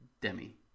Demi